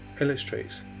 illustrates